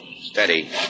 Steady